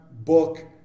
book